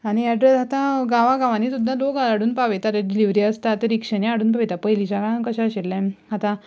आनी एड्रेस आतांं गांवां गांवांनी सुद्दां लोक हाडून पावयता जे डिलिव्हरी आसता ते रिक्षांनी हाडून पावयता पयलींच्या काळांत कशें आशिल्लें आतां